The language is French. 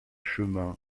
chemin